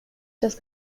das